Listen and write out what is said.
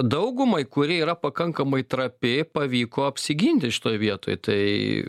daugumai kuri yra pakankamai trapi pavyko apsiginti šitoj vietoj tai